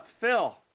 Phil